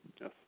yes